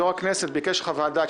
יושב-ראש הכנסת ביקש חוות דעת,